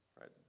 right